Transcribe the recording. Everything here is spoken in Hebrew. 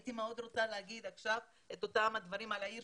הייתי מאוד רוצה להגיד עכשיו את אותם הדברים על העיר